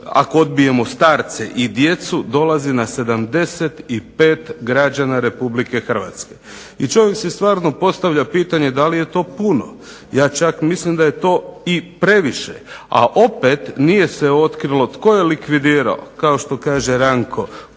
ako odbijemo starce i djecu dolazi na 75 građana Republike Hrvatske. I čovjek si stvarno postavlja pitanje da li je to puno. Ja čak mislim da je to i previše, a opet nije se otkrilo tko je likvidirao kao što kaže Ranko